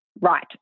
right